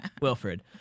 Wilfred